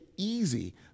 easy